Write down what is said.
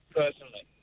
personally